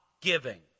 giving